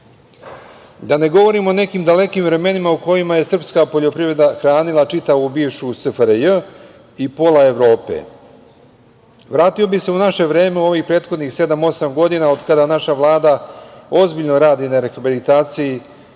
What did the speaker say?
da ne govorim o nekim dalekim vremenima u kojima je srpska poljoprivreda hranila čitavu bivšu SFRJ i pola Evrope. Vratio bih se u naše vreme u ovih prethodnih 7-8 godina, od kada naša Vlada ozbiljno radi na rehabilitaciji